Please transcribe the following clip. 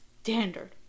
standard